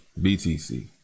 BTC